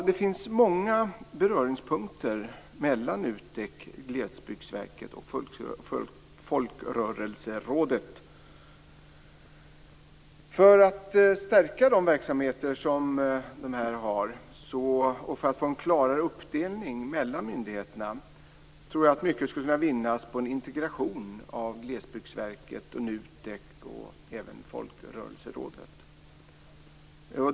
Det finns många beröringspunkter mellan NUTEK, För att stärka de verksamheter som dessa har och för att få en klarare uppdelning mellan myndigheterna skulle mycket vinnas av en integration av Glesbygdsverket, NUTEK och även Folkrörelserådet.